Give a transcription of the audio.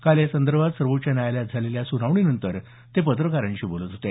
काल यासंदर्भात सर्वोच्च न्यायलयात झालेल्या सुनावणीनंतर ते पत्रकारांशी बोलत होते